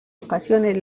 ocasiones